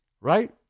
right